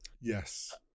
Yes